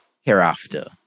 hereafter